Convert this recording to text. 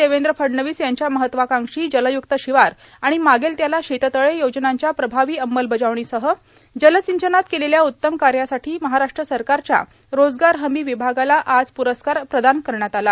देवेंद्र फडणवीस यांच्या महत्वाकांक्षी जलयुक्त शिवार आणि मागेल त्याला शेततळे या योजनांच्या प्रभावी अंमलबजावणीसह जलसिंचनात केलेल्या उत्तम कार्यासाठी महाराष्ट्र सरकारच्या रोजगार हमी विभागाला आज पुरस्कार प्रदान करण्यात आला